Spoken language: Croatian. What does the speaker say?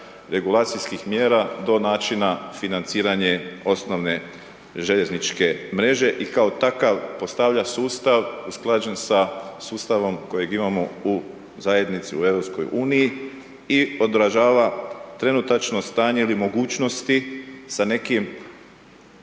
regulacijskih mjera to načina financiranje osnovne željezničke mreže i kao takav postavlja sustav usklađen sa sustavom koji imamo u zajednici, u EU i odražava trenutačno stanje ili mogućnosti sa nekim